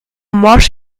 morsch